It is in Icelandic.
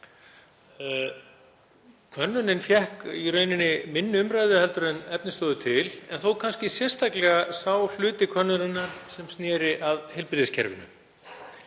Könnunin fékk í rauninni minni umræðu en efni stóðu til en þó kannski sérstaklega sá hluti könnunarinnar sem sneri að heilbrigðiskerfinu.